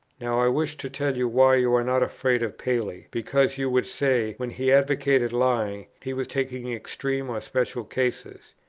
now i wish to tell you why you are not afraid of paley because, you would say, when he advocated lying, he was taking extreme or special cases.